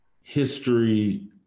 history